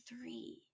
three